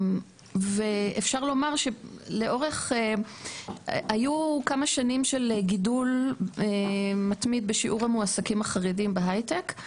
אפשר לומר שהיו כמה שנים של גידול מתמיד בשיעור המועסקים החרדים בהייטק,